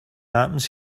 happens